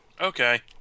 Okay